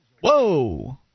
Whoa